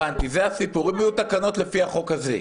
אז זה הסיפור, אם תהיינה תקנות לפי החוק הזה.